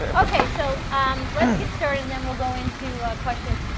ok, so lets get started and then we'll go into questions